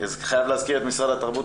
גם היא כפופה למל"ג,